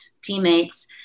teammates